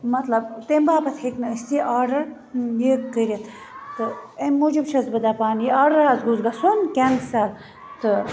مَطلَب تَمہِ باپَت ہیٚکۍ نہٕ أسۍ یہِ آڈَر کٔرِتھ یہِ کٔرِتھ تہٕ امہِ موٗجُب چھَس بہٕ دَپان یہِ آڈَر حظ گوٚژھ گَژھُن کینسل تہٕ